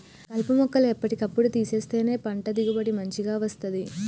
కలుపు మొక్కలు ఎప్పటి కప్పుడు తీసేస్తేనే పంట దిగుబడి మంచిగ వస్తది